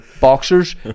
boxers